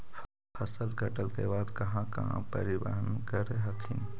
फसल कटल के बाद कहा कहा परिबहन कर हखिन?